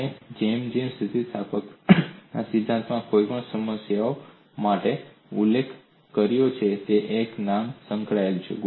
અને જેમ મેં સ્થિતિસ્થાપકતાના સિદ્ધાંતમાં કોઈપણ સમસ્યા માટે ઉલ્લેખ કર્યો છે એક નામ સંકળાયેલું છે